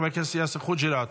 חבר הכנסת יאסר חוג'יראת,